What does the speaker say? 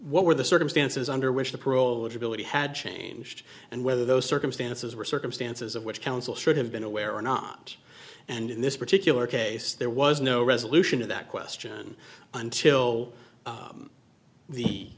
what were the circumstances under which the parole which ability had changed and whether those circumstances were circumstances of which counsel should have been aware or not and in this particular case there was no resolution to that question until